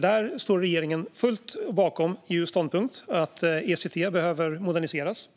Där står regeringen till fullo bakom EU:s ståndpunkt att ECT behöver moderniseras,